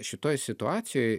šitoj situacijoj